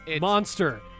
Monster